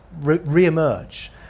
re-emerge